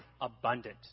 abundant